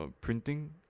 printing